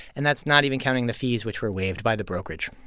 and that's not even counting the fees, which were waived by the brokerage.